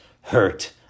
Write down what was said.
hurt